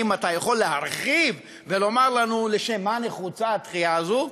האם אתה יכול להרחיב ולומר לנו לשם מה נחוצה הדחייה הזאת?